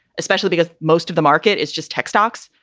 especially because most of the market is just tech stocks.